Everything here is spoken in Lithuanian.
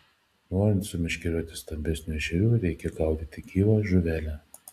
norint sumeškerioti stambesnių ešerių reikia gaudyti gyva žuvele